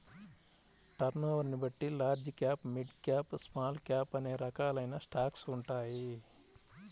టర్నోవర్ని బట్టి large cap, mid cap, small cap అనే రకాలైన స్టాక్స్ ఉంటాయి